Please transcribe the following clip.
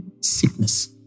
sickness